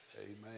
Amen